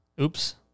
Oops